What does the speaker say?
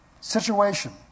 Situation